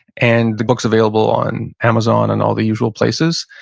and the book's available on amazon and all the usual places.